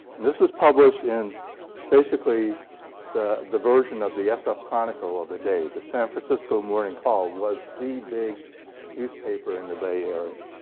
and this was published in basically the the version of the sf chronicle of the day the san francisco morning call was the big newspaper in the bay area.